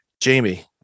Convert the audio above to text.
Jamie